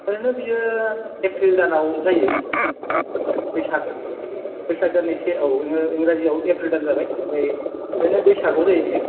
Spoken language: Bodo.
ओरैनो बियो एप्रिल दानाव जायो बैसाग बैसाग दानि से औ इंराजिआव एप्रिल दान जाबाय आमफ्राय ओरैनो बैसागआव जायो बेयो